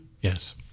Yes